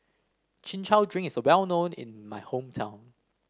Chin Chow Drink is well known in my hometown